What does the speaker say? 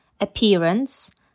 appearance